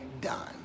done